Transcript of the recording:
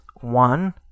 one